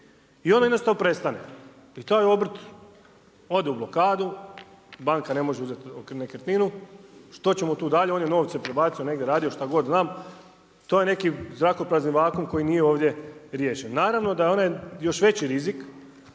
I ono jednostavno prestane. I taj obrt, ode u blokadu, banka ne može uzeti nekretninu, što ćemo tu dalje, on je novce prebacio, negdje radio šta god znam, to je neki zrakoprazni vakuum koji nije ovdje riješen. Naravno da je onaj još veći rizik